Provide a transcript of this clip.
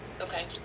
Okay